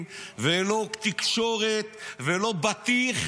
ולא מתעסקים יועצים משפטיים, ולא תקשורת ולא בטיח,